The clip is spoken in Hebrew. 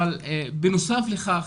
אבל בנוסף לכך